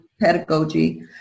pedagogy